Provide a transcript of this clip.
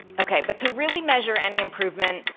ok, but to really measure any improvement,